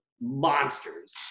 monsters